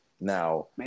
now